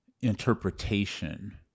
interpretation